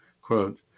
Quote